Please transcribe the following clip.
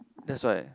that's why